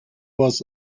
was